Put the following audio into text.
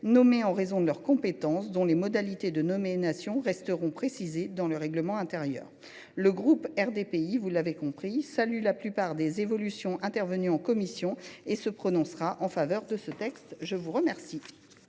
nommés en raison de leurs compétences – les modalités de nomination seront précisées dans le règlement intérieur de l’autorité. Le groupe RDPI, vous l’avez compris, salue la plupart des évolutions intervenues en commission et se prononcera en faveur de ce texte. La parole